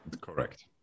Correct